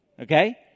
okay